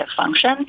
function